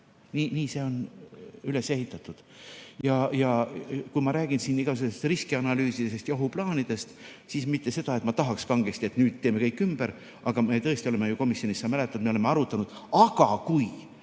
Nii see on üles ehitatud. Ja kui ma räägin siin igasugustest riskianalüüsidest ja ohuplaanidest, siis mitte selleks, et ma tahaksin kangesti, et nüüd teeme kõik ümber, aga me tõesti oleme ju komisjonis, sa mäletad, me oleme arutanud: aga kui.